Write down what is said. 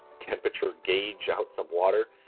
temperature gauge out some water.